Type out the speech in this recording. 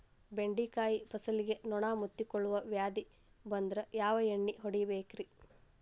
ಬೆಂಡೆಕಾಯ ಫಸಲಿಗೆ ನೊಣ ಮುತ್ತಿಕೊಳ್ಳುವ ವ್ಯಾಧಿ ಬಂದ್ರ ಯಾವ ಎಣ್ಣಿ ಹೊಡಿಯಬೇಕು?